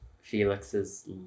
Felix's